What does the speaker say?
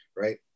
right